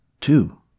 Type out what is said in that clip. Two